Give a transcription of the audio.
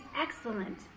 excellent